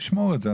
תשמור את זה.